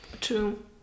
true